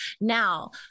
Now